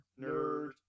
Nerd